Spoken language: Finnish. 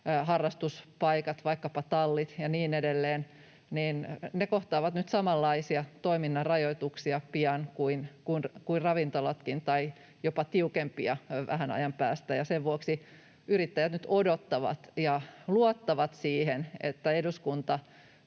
harrastuspaikat, vaikkapa tallit ja niin edelleen, kohtaavat pian samanlaisia toiminnan rajoituksia kuin ravintolatkin tai jopa tiukempia vähän ajan päästä, ja sen vuoksi yrittäjät nyt odottavat sitä ja luottavat siihen, että eduskunta